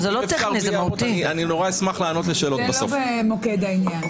אני אשמח לענות לשאלות בסוף דבריי.